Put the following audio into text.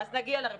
אז נגיע לרביזיה.